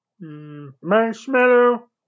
Marshmallow